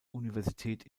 universität